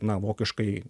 na vokiškai